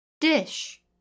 Dish